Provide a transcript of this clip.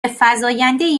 فزایندهای